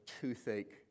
toothache